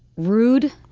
rude,